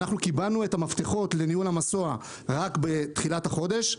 קיבלנו את המפתחות לניהול המסוע רק בתחילת החודש,